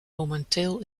momenteel